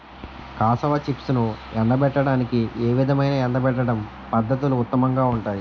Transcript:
Cassava చిప్స్ను ఎండబెట్టడానికి ఏ విధమైన ఎండబెట్టడం పద్ధతులు ఉత్తమంగా ఉంటాయి?